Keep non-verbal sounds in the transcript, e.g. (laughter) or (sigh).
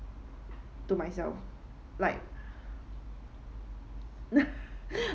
to myself like (laughs) (breath)